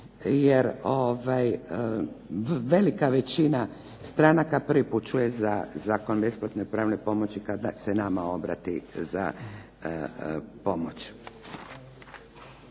jer velika većina stranaka prvi puta čuje za Zakon o besplatnoj pravnoj pomoći kada se nama obrati za pomoć.